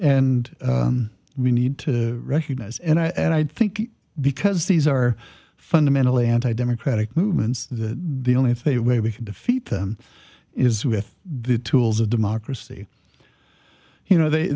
and we need to recognize and i think because these are fundamentally anti democratic movements that the only if they way we can defeat them is with the tools of democracy you know they